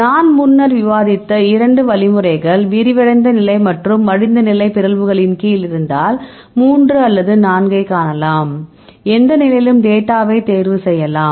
நான் முன்னர் விவாதித்த 2 வழிமுறைகள் விரிவடைந்த நிலை மற்றும் மடிந்த நிலை பிறழ்வுகளின் கீழ் இருந்தால் 3 அல்லது 4 ஐ காணலாம் எந்த நிலையிலும் டேட்டாவை தேர்வு செய்யலாம்